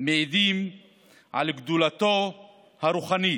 מעידים על גדולתו הרוחנית,